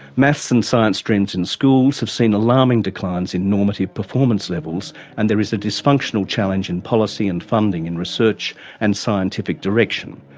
maths and science streams in schools have seen alarming declines in normative performance levels and there is a dysfunctional challenge in policy and funding in research and scientific direction.